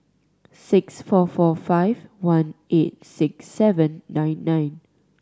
six four four five one eight six seven nine nine